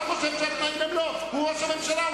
אתה חושב שהתנאים הם לא, הוא ראש הממשלה.